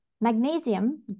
magnesium